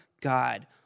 God